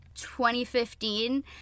2015